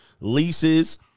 leases